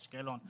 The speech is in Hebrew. באשקלון.